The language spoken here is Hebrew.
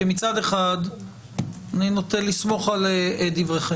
מצד אחד אני נוטה לסמוך על דבריכם,